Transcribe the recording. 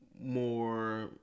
more